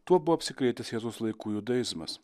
tuo buvo apsikrėtęs jėzaus laikų judaizmas